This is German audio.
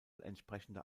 entsprechender